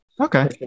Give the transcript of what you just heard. okay